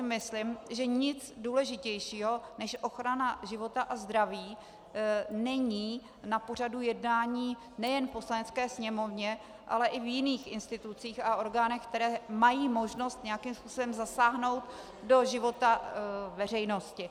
Myslím si, že nic důležitějšího než ochrana života a zdraví není na pořadu jednání nejen v Poslanecké sněmovně, ale i v jiných institucích a orgánech, které mají možnost nějakým způsobem zasáhnout do života veřejnosti.